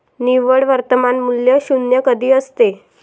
निव्वळ वर्तमान मूल्य शून्य कधी असते?